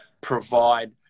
provide